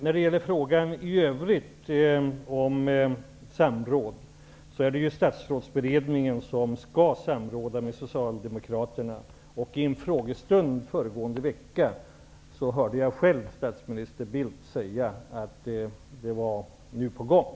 När det i övrigt gäller frågan om samråd skall statsrådsberedningen samråda med socialdemokraterna. I en frågestånd i föregående vecka hörde jag själv statsminister Bildt säga att det är på gång nu.